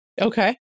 Okay